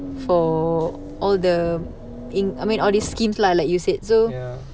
ya